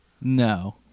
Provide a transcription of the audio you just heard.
No